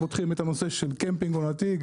פותחים את הנושא של קמפינג עונתי,